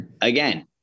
again